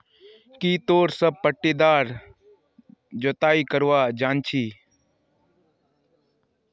की तोरा सब पट्टीदार जोताई करवा जानछी